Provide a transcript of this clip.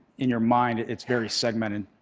in your mind it's very segmented.